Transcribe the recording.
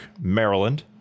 Maryland